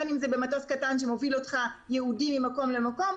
בין אם זה במטוס קטן שמוביל אותך ייעודי ממקום למקום,